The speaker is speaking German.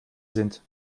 sind